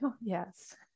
Yes